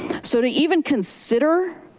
so to even consider,